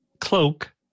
cloak